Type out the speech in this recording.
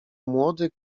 młody